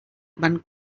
van